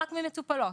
רק ממטופלות.